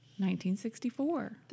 1964